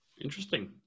interesting